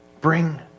bring